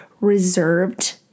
reserved